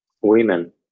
women